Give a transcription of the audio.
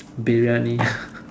briyani